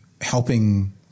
helping